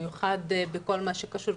במיוחד בכל מה שקשור,